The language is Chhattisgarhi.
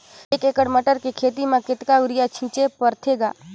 एक एकड़ मटर के खेती म कतका युरिया छीचे पढ़थे ग?